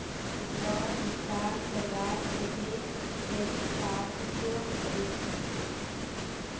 Loan भुगतान करवार केते डेबिट कार्ड उपयोग होबे?